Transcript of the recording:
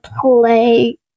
play